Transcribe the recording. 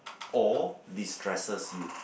or destresses you